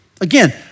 Again